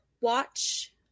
watch